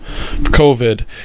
COVID